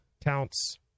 counts